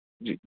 जी